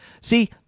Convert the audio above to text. See